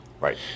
Right